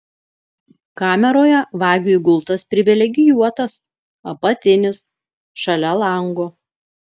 kameroje vagiui gultas privilegijuotas apatinis šalia lango